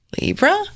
Libra